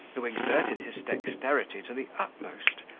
who exerted his dexterity to the utmost,